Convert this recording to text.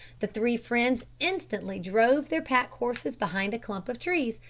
the three friends instantly drove their pack-horses behind a clump of trees,